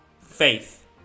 Faith